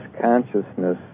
consciousness